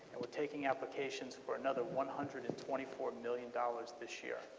we're taking applications for another one hundred and twenty four million dollars this year.